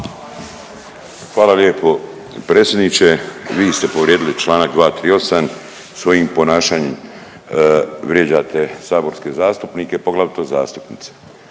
Hvala lijepo predsjedniče. Vi ste povrijedili čl. 238. svojim ponašanjem, vrijeđate saborske zastupnike, poglavito zastupnice.